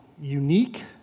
unique